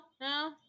no